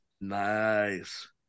Nice